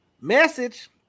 Message